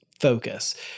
focus